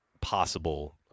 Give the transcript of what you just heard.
possible